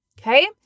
Okay